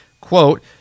quote